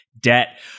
debt